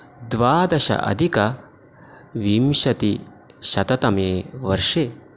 द्वादश अधिक विंशतिशततमेवर्षे